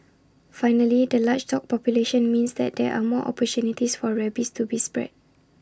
finally the large dog population means that there are more opportunities for rabies to be spread